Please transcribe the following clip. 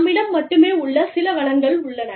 நம்மிடம் மட்டுமே உள்ள சில வளங்கள் உள்ளன